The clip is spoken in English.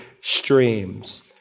streams